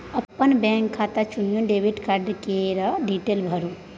अपन बैंक खाता चुनि डेबिट कार्ड केर डिटेल भरु